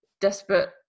desperate